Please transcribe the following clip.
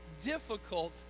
difficult